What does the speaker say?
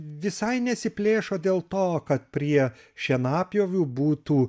visai nesiplėšo dėl to kad prie šienapjovių būtų